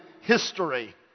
history